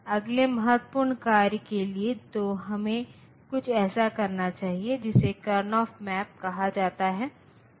तो प्लस 4 को इन 4 बिट बिट नंबर सिस्टम में 0100 की तरह दर्शाया गया है